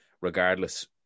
regardless